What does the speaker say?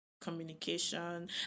communication